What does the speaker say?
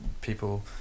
people